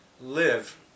live